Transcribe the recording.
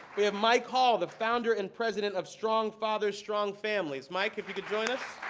we have mike hall, the founder and president of strong fathers strong families. mike, if you could join us.